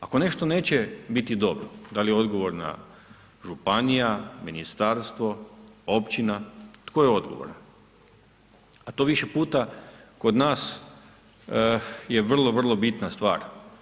Ako nešto neće biti dobro, da li je odgovorna županija, ministarstvo, općina, tko je odgovoran a to više puta kod nas je vrlo, vrlo bitna stvar.